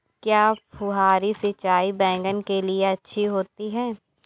क्या फुहारी सिंचाई बैगन के लिए अच्छी होती है?